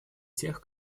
тех